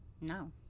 No